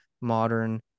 modern